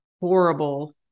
horrible